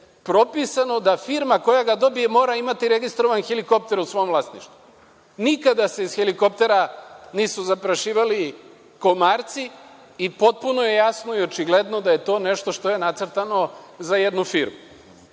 propisano da firma koja ga dobije mora imati registrovan helikopter u svom vlasništvu. Nikada se iz helikoptera nisu zaprašivali komarci i potpuno je jasno i očigledno da je to nešto što je nacrtano za jednu firmu.